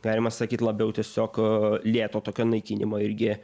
galima sakyt labiau tiesiog lėto tokio naikinimo irgi